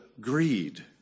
greed